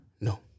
No